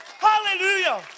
Hallelujah